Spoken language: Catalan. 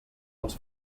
els